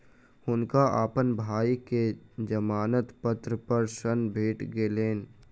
हुनका अपन भाई के जमानत पत्र पर ऋण भेट गेलैन